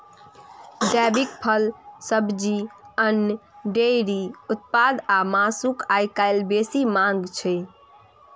जैविक फल, सब्जी, अन्न, डेयरी उत्पाद आ मासुक आइकाल्हि बेसी मांग छै